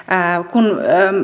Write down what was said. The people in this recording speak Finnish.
kun